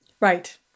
right